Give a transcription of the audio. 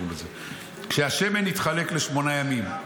כשהשמן התחלק לשמונה ימים,